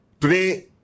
today